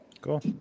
Cool